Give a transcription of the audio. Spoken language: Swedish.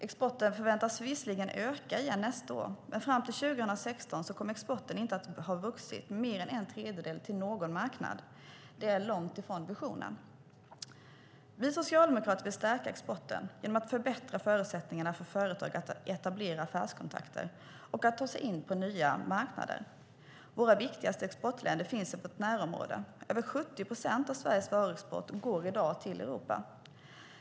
Exporten förväntas visserligen öka igen nästa år, men fram till 2016 kommer exporten inte att ha vuxit med mer än en tredjedel till någon marknad. Det är långt ifrån visionen. Vi socialdemokrater vill stärka exporten genom att förbättra förutsättningarna för företag att etablera affärskontakter och att ta sig in på nya marknader. Våra viktigaste exportländer finns i vårt närområde. Över 70 procent av Sveriges varuexport går i dag till Europa.